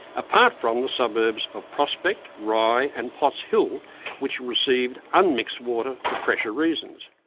apart from the suburbs of prospect, ryde and potts hill which receive unmixed water for pressure reasons.